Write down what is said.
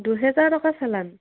দুহেজাৰ টকা চালান